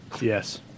Yes